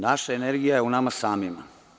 Naša energija je u nama samima.